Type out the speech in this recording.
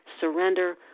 surrender